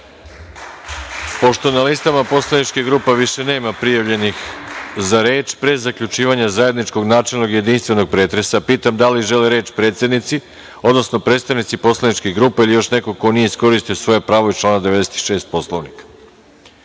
Pošto na listama poslaničkih grupa više nema prijavljenih za reč, pre zaključivanja zajedničkog načelnog jedinstvenog pretresa, pitam da li žele reč predsednici, odnosno predstavnici poslaničkih grupa ili još neko ko nije iskoristio svoje pravo iz člana 96. Poslovnika? Reč